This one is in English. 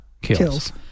kills